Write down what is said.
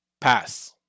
pass